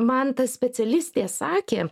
man ta specialistė sakė